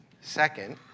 Second